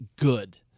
good